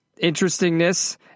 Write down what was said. interestingness